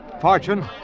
Fortune